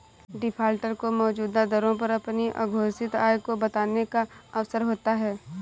defaulter को मौजूदा दरों पर अपनी अघोषित आय को बताने का अवसर होता है